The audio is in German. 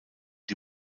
die